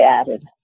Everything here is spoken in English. added